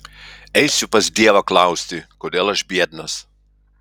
eisiu pas dievą klausti kodėl aš biednas